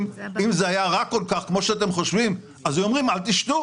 אבל הדרך אני רוצה שתשמעו אותי,